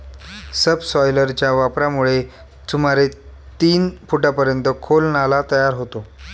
सबसॉयलरच्या वापरामुळे सुमारे तीन फुटांपर्यंत खोल नाला तयार होतो